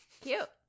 Cute